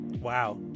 Wow